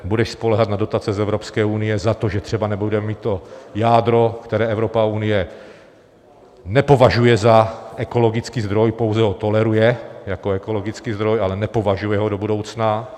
Budeš spoléhat na dotace z Evropské unie za to, že třeba nebudeme mít to jádro, které Evropa a Unie nepovažuje za ekologický zdroj, pouze ho toleruje jako ekologický zdroj, ale nepovažuje ho do budoucna.